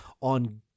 on